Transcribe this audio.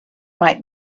might